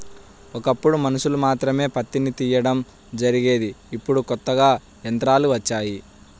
ఒకప్పుడు మనుషులు మాత్రమే పత్తిని తీయడం జరిగేది ఇప్పుడు కొత్తగా యంత్రాలు వచ్చాయి